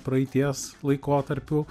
praeities laikotarpių